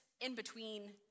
in-between